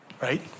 right